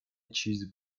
چیز